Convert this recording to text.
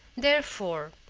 therefore,